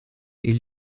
est